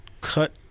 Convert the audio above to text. cut